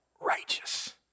righteous